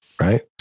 Right